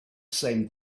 same